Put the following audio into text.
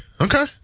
Okay